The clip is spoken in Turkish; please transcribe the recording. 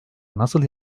nasıl